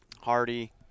Hardy